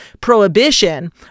prohibition